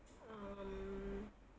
um